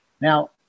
Now